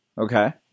Okay